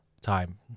time